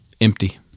empty